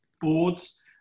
Boards